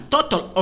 Total